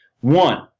one